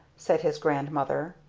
said his grandmother.